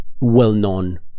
well-known